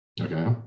Okay